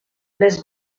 les